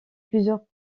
plusieurs